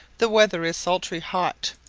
the weather is sultry hot,